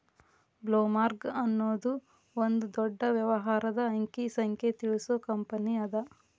ಬ್ಲೊಮ್ರಾಂಗ್ ಅನ್ನೊದು ಒಂದ ದೊಡ್ಡ ವ್ಯವಹಾರದ ಅಂಕಿ ಸಂಖ್ಯೆ ತಿಳಿಸು ಕಂಪನಿಅದ